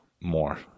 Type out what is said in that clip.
More